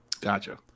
Gotcha